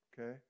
Okay